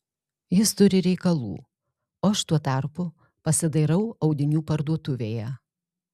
jis turi reikalų o aš tuo tarpu pasidairau audinių parduotuvėje